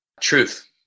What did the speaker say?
Truth